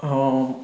ହଁ